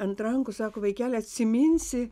ant rankų sako vaikeli atsiminsi